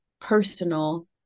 personal